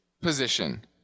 position